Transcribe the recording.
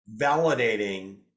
validating